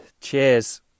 Cheers